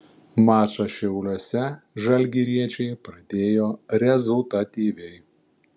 mačą šiauliuose žalgiriečiai pradėjo rezultatyviai